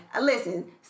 Listen